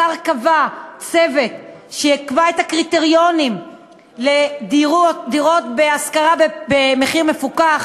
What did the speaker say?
השר קבע צוות שיקבע את הקריטריונים לדירות להשכרה במחיר מפוקח.